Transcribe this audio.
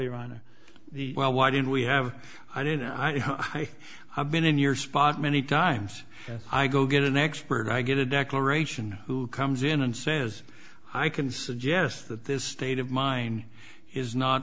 here on the well why didn't we have i didn't i i have been in your spot many times i go get an expert i get a declaration who comes in and says i can suggest that this state of mine is not